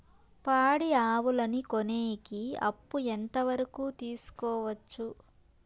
పాడి ఆవులని కొనేకి అప్పు ఎంత వరకు తీసుకోవచ్చు?